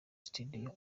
studio